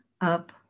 up